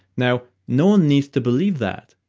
now, no one needs to believe that.